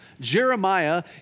Jeremiah